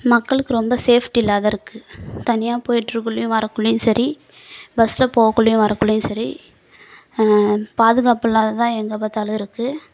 மக்களுக்கு ரொம்ப சேஃப்ட்டி இல்லாது இருக்குது தனியாக போயிட்ருக்குள்ளேயும் வரக்குள்ளேயும் சரி பஸ்ஸில் போவக்குள்ளேயும் வரக்குள்ளேயும் சரி பாதுகாப்பில்லாததாக எங்கே பார்த்தாலும் இருக்குது